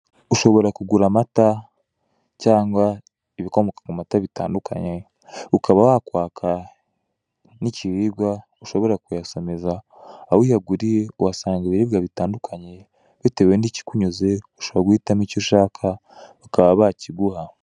Ushobora kugura amata, cyangwa ibikomoka ku mata bitandukanye, ukaba wakwaka nk'ikiribwa ushobora kuyasomeza, aho uyaguriye uhasanga ibiribwa bitandukanye, bitewe n'ikikunyuze ushobora guhitamo icyo ushaka, bakaba bakiguha.